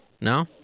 No